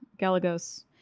Galagos